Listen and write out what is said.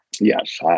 yes